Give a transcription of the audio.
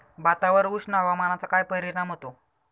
भातावर उष्ण हवामानाचा काय परिणाम होतो?